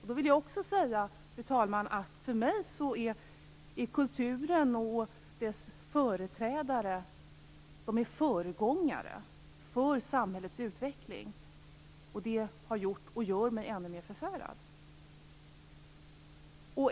Jag vill då också säga, fru talman, att för mig är kulturen och dess företrädare föregångare för samhällets utveckling, och därför har detta ärende gjort mig ännu mer förfärad.